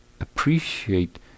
appreciate